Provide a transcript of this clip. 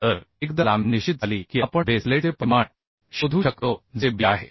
तर एकदा लांबी निश्चित झाली की आपण बेस प्लेटचे परिमाण शोधू शकतो जे b आहे